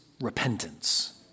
repentance